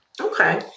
Okay